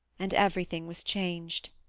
and everything was changed.